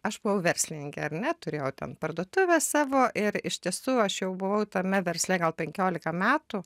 aš buvau verslininkė ar ne turėjau ten parduotuves savo ir iš tiesų aš jau buvau tame versle gal penkiolika metų